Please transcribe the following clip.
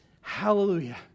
Hallelujah